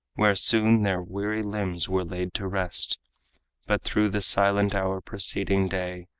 where soon their weary limbs were laid to rest but through the silent hour preceding day,